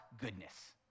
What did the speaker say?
goodness